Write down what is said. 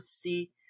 see